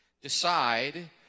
decide